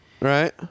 right